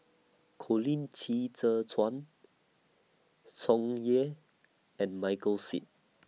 Colin Qi Zhe Quan Tsung Yeh and Michael Seet